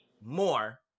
more